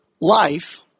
life